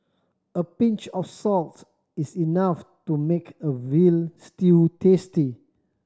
a pinch of salts is enough to make a veal stew tasty